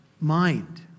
mind